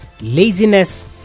laziness